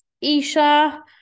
isha